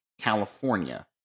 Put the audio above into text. California